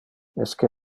esque